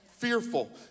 Fearful